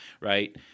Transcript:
right